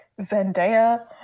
Zendaya